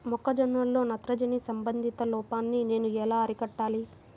మొక్క జొన్నలో నత్రజని సంబంధిత లోపాన్ని నేను ఎలా అరికట్టాలి?